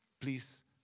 Please